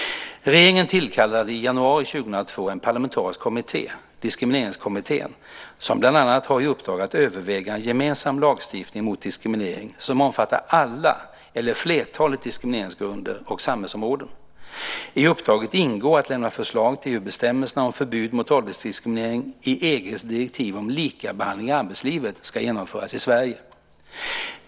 Regeringen tillkallade i januari 2002 en parlamentarisk kommitté, Diskrimineringskommittén, som bland annat har i uppdrag att överväga en gemensam lagstiftning mot diskriminering som omfattar alla eller flertalet diskrimineringsgrunder och samhällsområden. I uppdraget ingår att lämna förslag till hur bestämmelserna om förbud mot åldersdiskriminering i EG:s direktiv om likabehandling i arbetslivet ska genomföras i Sverige.